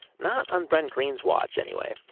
not on brent green's watch anyway.